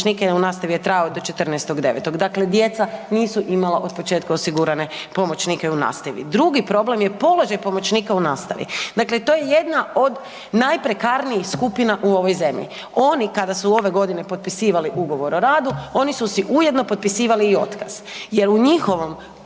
u nastavi je trajao do 14.9., dakle djeca nisu imala od početka osigurane pomoćnike u nastavi. Drugi problem je položaj pomoćnika u nastavi, dakle to je jedna od najprekarnijih skupina u ovoj zemlji. Oni kada su ove godine potpisivali ugovor o radu oni su si ujedno potpisivali i otkaz jel u njihovom